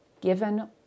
given